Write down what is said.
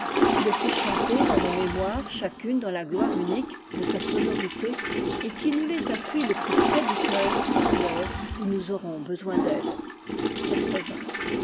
qui les fait chanter dans nos mémoires chacune dans la gloire unique de sa sonorité et qui nous les appuie le plus près du cœur pour l'heure où nous aurons besoin d'elles